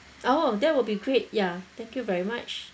orh that will be great ya thank you very much